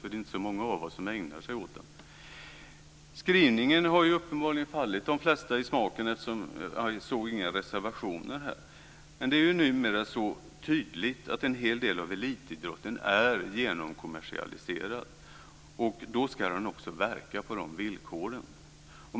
Det är ju inte så många av oss som ägnar oss åt den. Skrivningen har ju uppenbarligen fallit de flesta i smaken, eftersom jag inte såg några reservationer i fråga om detta. Men det är ju numera så tydligt att en hel del av elitidrotten är genomkommersialiserad, och då ska den också verka på dessa villkor.